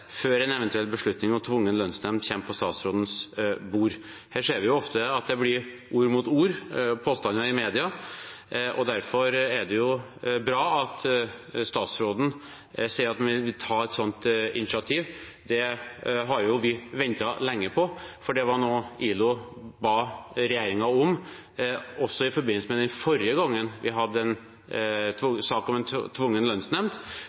før en eventuell beslutning om tvungen lønnsnemnd kommer på statsrådens bord. Vi ser at det ofte blir ord mot ord og påstander i media. Derfor er det bra at statsråden sier han vil ta et sånt initiativ. Det har vi ventet lenge på, for det var noe ILO ba regjeringen om også i forbindelse med den forrige gangen vi hadde en sak om tvungen lønnsnemnd,